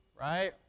right